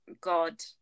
God